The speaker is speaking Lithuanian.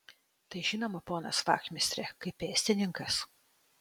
tai žinoma ponas vachmistre kaip pėstininkas